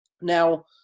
Now